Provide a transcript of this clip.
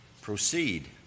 proceed